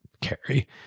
carry